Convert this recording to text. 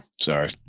sorry